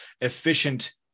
efficient